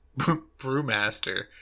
Brewmaster